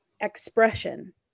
expression